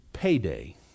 Payday